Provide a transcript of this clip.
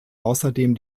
außerdem